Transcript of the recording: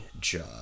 job